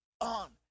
on